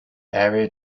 area